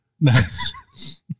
Nice